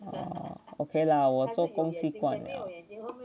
orh okay 啦我做习惯了